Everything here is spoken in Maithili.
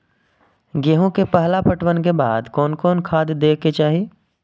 गेहूं के पहला पटवन के बाद कोन कौन खाद दे के चाहिए?